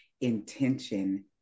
intention